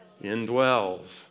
Indwells